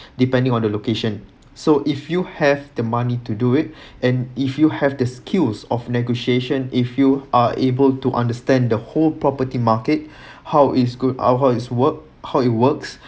depending on the location so if you have the money to do it and if you have the skills of negotiation if you are able to understand the whole property market how is good how his work how it works